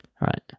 right